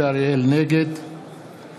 נגד